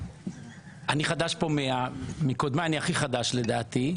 לדעתי, מקודמיי אני הכי חדש כאן.